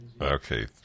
Okay